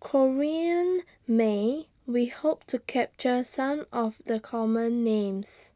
Corrinne May We Hope to capture Some of The Common Names